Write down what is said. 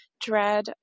dread